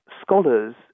scholars